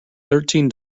thirteen